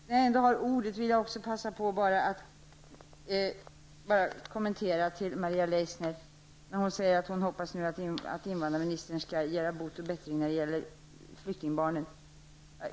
När jag ändå har ordet vill jag också passa på att kommentera det som Maria Leissner sade om att hon hoppas att invandrarministern skall göra bot och bättring när det gäller flyktingbarnen.